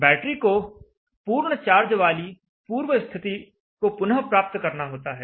battery को पूर्ण charge वाली पूर्व स्थिति को पुनः प्राप्त करना होता है